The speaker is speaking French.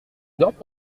d’ordres